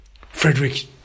Frederick